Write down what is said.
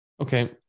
Okay